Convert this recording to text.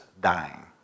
dying